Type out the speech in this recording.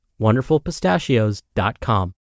WonderfulPistachios.com